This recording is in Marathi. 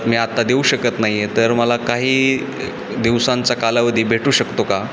मी आत्ता देऊ शकत नाही आहे तर मला काही दिवसांचा कालावधी भेटू शकतो का